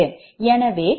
எனவே இரு 0